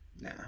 nah